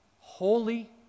holy